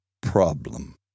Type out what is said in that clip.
problem